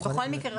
בכל מקרה,